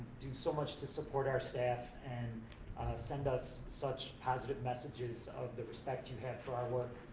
do so much to support our staff and send us such positive messages of the respect you had for our work.